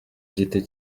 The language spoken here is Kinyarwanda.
giti